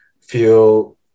feel